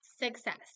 success